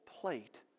plate